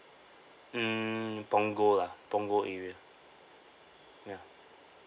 hmm punggol [kah] punggol area ya